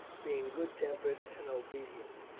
being good tempered and obedient.